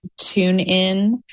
TuneIn